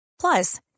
Plus